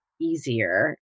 easier